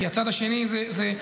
כי הצד השני זה,